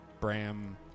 Bram